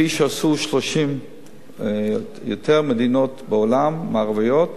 כפי שעשו 30 ויותר מדינות מערביות,